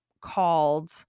called